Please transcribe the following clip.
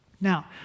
Now